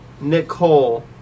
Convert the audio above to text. Nicole